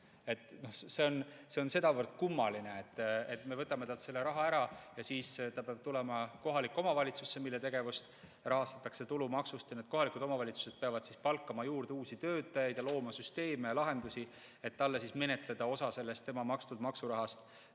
See on sedavõrd kummaline: me võtame talt selle raha ära ja siis ta peab minema kohalikku omavalitsusse, mille tegevust rahastatakse tulumaksust, ja need kohalikud omavalitsused peavad palkama juurde uusi töötajaid, looma süsteeme ja lahendusi, et menetleda [avaldust], et anda talle osa sellest tema makstud maksurahast